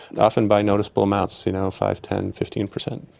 often by noticeable amounts. you know, five, ten, fifteen per cent.